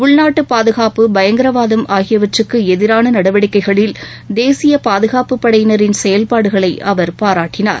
உள்நாட்டு பாதுகாப்பு பயங்கரவாதம் ஆகியவற்றுக்கு எதிரான நடவடிக்கைகளில் தேசிய பாதுகாப்பு படையினரின் செயல்பாடுகளை அவர் பாராட்டினார்